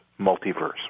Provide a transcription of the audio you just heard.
multiverse